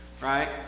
right